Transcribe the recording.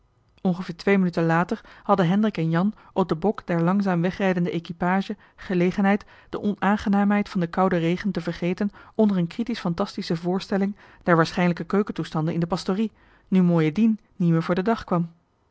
ongeveer twee minuten later hadden hendrik en jan op den bok der langzaam wegrijdende equipage gelegenheid de onaangenaamheid van den kouden regen te vergeten onder een kritisch fantastische voorstelling der waarschijnlijke keukentoestanden in de pastorie nu mooie dien nie meer voor de dag kwam